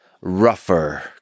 rougher